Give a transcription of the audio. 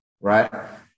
right